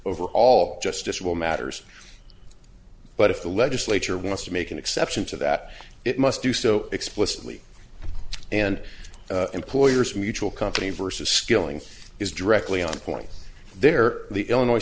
over all justiciable matters but if the legislature wants to make an exception to that it must do so explicitly and employers mutual company versus skilling is directly on point there the illinois